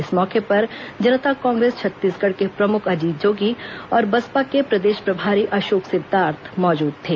इस मौके पर जनता कांग्रेस छत्तीसगढ़ के प्रमुख अजीत जोगी और बसपा के प्रदेश प्रभारी अशोक सिद्धार्थ मौजूद थे